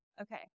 okay